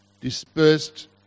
Dispersed